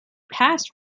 passed